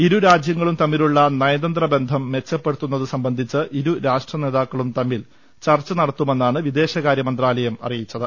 ഇരു രാജ്യങ്ങളും തമ്മിലുള്ള നയതന്ത്ര ബന്ധം മെച്ചപ്പെടുത്തുന്നതു സംബന്ധിച്ച് ഇരു രാഷ്ട്രനേതാക്കളും തമ്മിൽ ചർച്ച നടത്തുമെന്ന് വിദേശകാര്യമന്ത്രാലയം അറിയിച്ചു